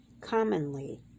commonly